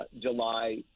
July